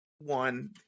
one